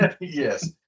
yes